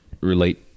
relate